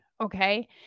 okay